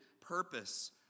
purpose